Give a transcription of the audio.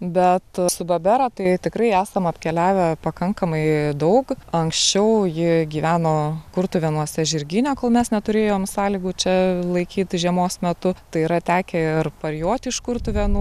bet su babera tai tikrai esam apkeliavę pakankamai daug anksčiau ji gyveno kurtuvėnuose žirgyne kol mes neturėjom sąlygų čia laikyt žiemos metu tai yra tekę ir parjot iš kurtuvėnų